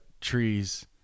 trees